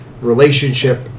relationship